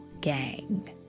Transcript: gang